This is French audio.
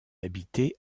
habités